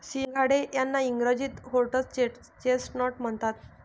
सिंघाडे यांना इंग्रजीत व्होटर्स चेस्टनट म्हणतात